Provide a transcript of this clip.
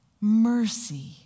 mercy